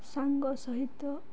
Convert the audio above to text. ସାଙ୍ଗ ସହିତ